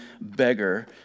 beggar